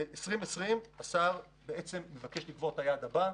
ב-2020 השר מבקש לקבוע את היעד הבא,